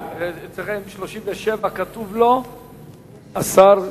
אדוני השר,